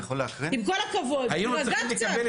עם כל הכבוד, תירגע קצת.